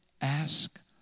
ask